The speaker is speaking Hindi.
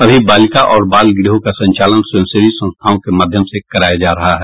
अभी बालिका और बाल गृहों का संचालन स्वयंसेवी संस्थाओं के माध्यम से कराया जा रहा है